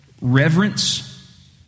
reverence